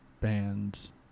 bands